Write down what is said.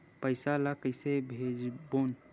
पईसा ला कइसे भेजबोन?